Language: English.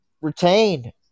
retain